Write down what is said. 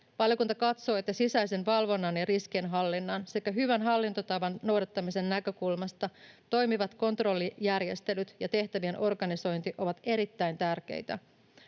Valiokunta katsoo, että sisäisen valvonnan ja riskienhallinnan sekä hyvän hallintotavan noudattamisen näkökulmasta toimivat kontrollijärjestelyt ja tehtävien organisointi ovat erittäin tärkeitä.